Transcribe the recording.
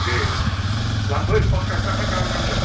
दे लांफै फनसास थाखा दाल नांगोन